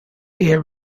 air